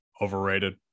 Overrated